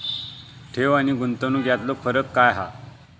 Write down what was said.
ठेव आनी गुंतवणूक यातलो फरक काय हा?